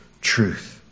truth